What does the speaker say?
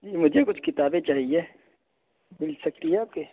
مجھے کچھ کتابیں چاہیے مل سکتی ہے آپ کے